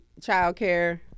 childcare